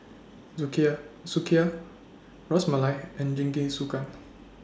Sukiyaki Sukiyaki Ras Malai and Jingisukan